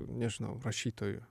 nežinau rašytoju